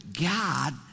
God